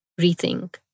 rethink